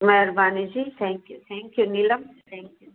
महिरबानी जी thank you thank you Neelam thank you